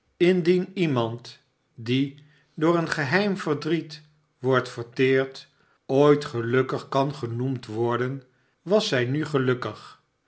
indien iemand die door een geheim verdriet wordt verteerd ooit gelukkig kan genoemd worden was zij nu gelukkig